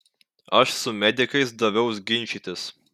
aš su medikais daviaus ginčytis